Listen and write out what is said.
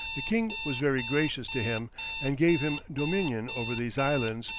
the king was very gracious to him and gave him dominion over these islands,